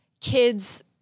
kids